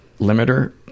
limiter